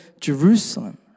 Jerusalem